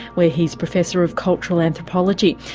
where he's professor of cultural anthropology.